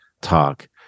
talk